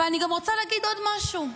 אבל אני רוצה להגיד עוד משהו.